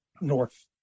north